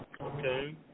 okay